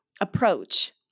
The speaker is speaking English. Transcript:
approach